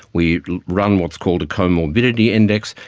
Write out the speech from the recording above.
we run what's called a comorbidity index,